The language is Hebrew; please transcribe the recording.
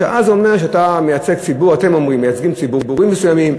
מפני שאז זה אומר אתם אומרים שאתם מייצגים ציבורים מסוימים,